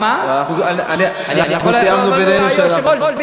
חבר הכנסת גפני, לומר שם.